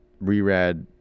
reread